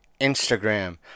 Instagram